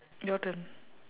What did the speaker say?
your turn